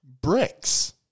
bricks